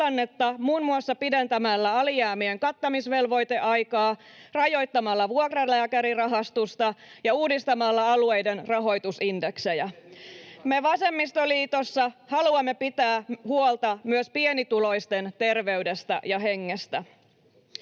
muun muassa pidentämällä alijäämien kattamisvelvoiteaikaa, rajoittamalla vuokralääkärirahastusta ja uudistamalla alueiden rahoitusindeksejä. [Ben Zyskowiczin välihuuto] Me vasemmistoliitossa haluamme pitää huolta myös pienituloisten terveydestä ja hengestä.